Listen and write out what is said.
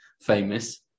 famous